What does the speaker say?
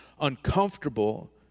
uncomfortable